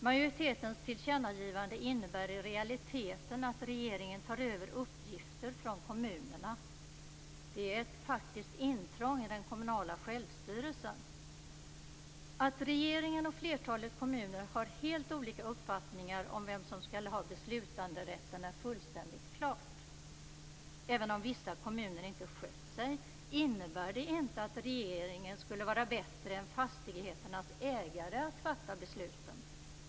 Majoritetens tillkännagivande innebär i realiteten att regeringen tar över uppgifter från kommunerna. Det är ett faktiskt intrång i den kommunala självstyrelsen. Att regeringen och flertalet kommuner har helt olika uppfattningar om vem som skall ha beslutanderätten är fullständigt klart. Även om vissa kommuner inte skött sig innebär det inte att regeringen skulle vara bättre än fastigheternas ägare att fatta besluten.